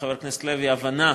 חבר הכנסת לוי, הבנה